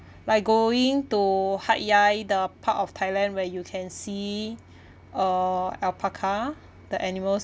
like going to hatyai the part of thailand where you can see uh alpaca the animals